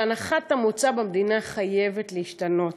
אבל הנחת המוצא במדינה חייבת להשתנות.